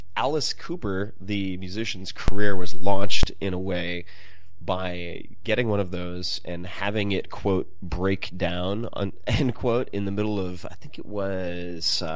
alice cooper, the musician's career, was launched in a way by getting one of those and having it quote, break down, end quote, in the middle of, i think it was,